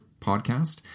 podcast